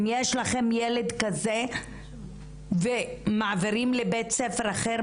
אם יש לכם ילד כזה ומעבירים לבית ספר אחר,